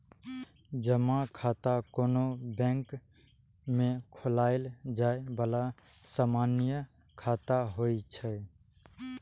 जमा खाता कोनो बैंक मे खोलाएल जाए बला सामान्य खाता होइ छै